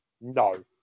no